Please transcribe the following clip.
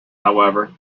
however